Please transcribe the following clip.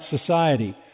society